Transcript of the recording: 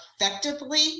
effectively